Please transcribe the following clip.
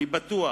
אני בטוח